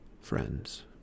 Friends